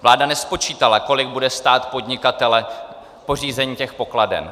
Vláda nespočítala, kolik bude stát podnikatele pořízení pokladen.